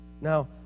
Now